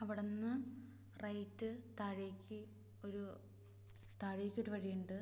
അവിടുന്ന് റൈറ്റ് താഴേക്ക് ഒരു താഴേക്കൊരു വഴിയുണ്ട്